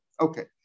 Okay